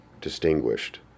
distinguished